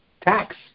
tax